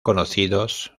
conocidos